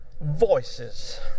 voices